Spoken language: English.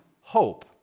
hope